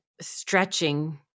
stretching